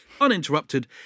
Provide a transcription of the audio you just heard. uninterrupted